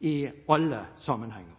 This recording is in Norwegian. i alle sammenhenger.